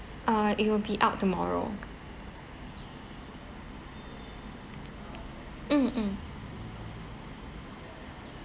uh it will be out tomorrow mm mm